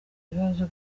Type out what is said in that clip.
ibibazo